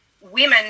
women